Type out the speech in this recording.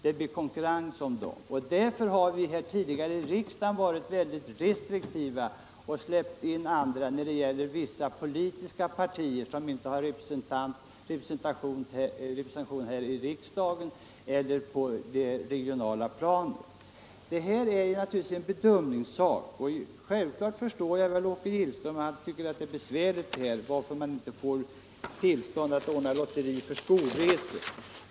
Det är detta som har gjort att vi tidigare här i riksdagen varit väldigt restriktiva när det gäller att släppa in andra typer av lotterier, t.ex. sådana som man vill anordna inom vissa politiska partier som inte har representation i riksdagen eller på det regionala planet. Vad det här gäller är en bedömningsfråga, och jag förstår naturligtvis att Åke Gillström tycker att det är besvärande att man inte kan ge tillstånd till skolor att ordna lotterier för skolresor.